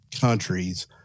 countries